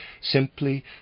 simply